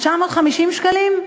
950 שקלים?